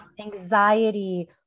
anxiety